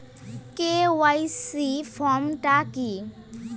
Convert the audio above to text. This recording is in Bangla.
কে.ওয়াই.সি ফর্ম টা কি?